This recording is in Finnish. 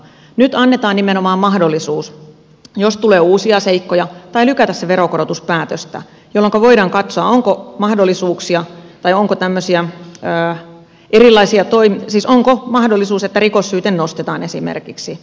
nyt annetaan nimenomaan mahdollisuus jos tulee uusia seikkoja tai voidaan lykätä sitä veronkorotuspäätöstä jolloinka voidaan katsoa onko mahdollisuus että esimerkiksi nostetaan rikossyyte